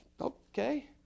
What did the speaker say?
Okay